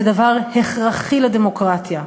זה דבר הכרחי לדמוקרטיה.